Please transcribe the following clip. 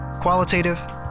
Qualitative